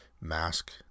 mask